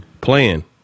playing